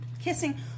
kissing